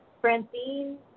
Francine